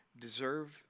deserve